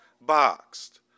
boxed